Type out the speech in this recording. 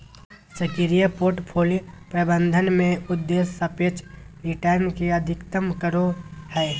सक्रिय पोर्टफोलि प्रबंधन में उद्देश्य सापेक्ष रिटर्न के अधिकतम करो हइ